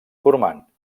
formant